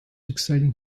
exciting